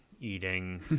eating